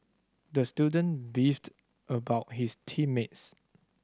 the student beefed about his team mates